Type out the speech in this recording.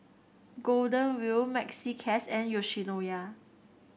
Golden Wheel Maxi Cash and Yoshinoya